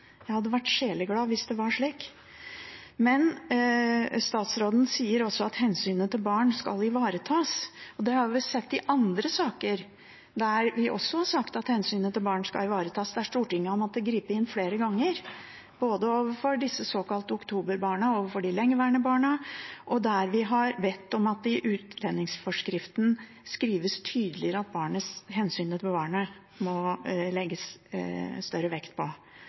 Jeg hadde vært sjeleglad hvis det var slik. Men statsråden sier også at hensynet til barn skal ivaretas. Det har vi sett i andre saker der vi også har sagt at hensynet til barn skal ivaretas, der Stortinget har måttet gripe inn flere ganger, både overfor de såkalte oktoberbarna og overfor de lengeværende barna, og der vi har bedt om at det i utlendingsforskriften skrives tydeligere at hensynet til barnet må legges større vekt på.